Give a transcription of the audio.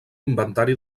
inventari